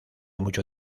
mucho